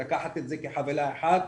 לקחת את זה כחבילה אחת.